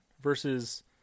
versus